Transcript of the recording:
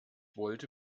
wollte